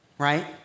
right